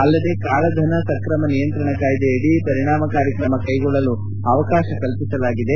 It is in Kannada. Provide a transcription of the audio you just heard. ಅಲ್ಲದೇ ಕಾಳಧನ ಸಕ್ರಮ ನಿಯಂತ್ರಣ ಕಾಯಿದೆಯದಿ ಪರಿಣಾಮಕಾರಿ ಕ್ರಮ ಕ್ಟೆಗೊಳ್ಳಲು ಅವಕಾಶ ಕಲ್ಪಿಸಲಾಗಿದೆ